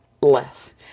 less